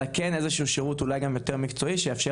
אלא כן שירות מסוים יותר מקצועי שיאפשר